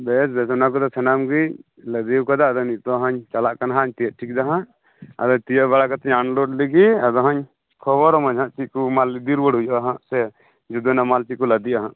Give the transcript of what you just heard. ᱵᱮᱥ ᱵᱮᱥ ᱚᱱᱟ ᱠᱚᱫᱚ ᱥᱟᱱᱟᱢ ᱜᱮᱧ ᱞᱟᱫᱮ ᱟᱠᱟᱫᱟ ᱟᱫᱚ ᱱᱤᱛᱳᱜ ᱦᱟᱜ ᱤᱧ ᱪᱟᱞᱟᱜ ᱠᱟᱱᱟ ᱦᱟᱜ ᱛᱤᱭᱚᱜ ᱴᱷᱤᱠᱮᱫᱟ ᱦᱟᱜ ᱟᱫᱚ ᱛᱤᱭᱚᱜ ᱵᱟᱲᱟ ᱠᱟᱛᱮᱫ ᱟᱱᱞᱳᱰ ᱞᱮᱜᱮ ᱟᱫᱚ ᱦᱟᱜ ᱤᱧ ᱠᱷᱚᱵᱚᱨ ᱟᱢᱟᱧ ᱦᱟᱜ ᱪᱮᱫ ᱠᱚ ᱢᱟᱞ ᱤᱫᱤ ᱨᱩᱣᱟᱹᱲ ᱦᱩᱭᱩᱜᱼᱟ ᱦᱟᱜ ᱪᱮ ᱡᱩᱫᱟᱹᱱᱟᱜ ᱢᱟᱞ ᱪᱮᱫ ᱠᱚ ᱞᱟᱫᱮᱭᱟ ᱦᱟᱜ